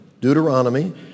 Deuteronomy